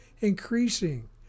increasing